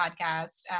podcast